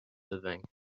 living